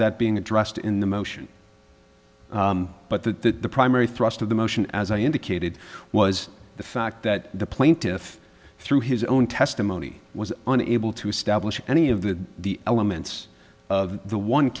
that being addressed in the motion but the primary thrust of the motion as i indicated was the fact that the plaintiff through his own testimony was unable to establish any of the the elements of the one